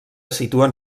situen